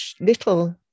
little